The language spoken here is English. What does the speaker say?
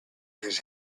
his